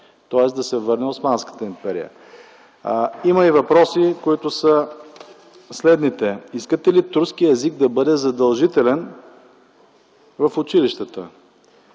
тоест да се върне Османската империя? Има и въпроси, които са следните: искате ли турският език да бъде задължителен в училищата,